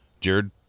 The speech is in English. Jared